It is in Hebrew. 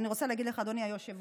אני רוצה להגיד לך, אדוני היושב-ראש: